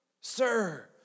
Sir